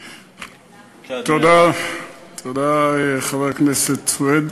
תודה, חבר הכנסת סוייד.